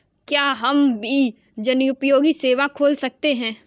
क्या हम भी जनोपयोगी सेवा खोल सकते हैं?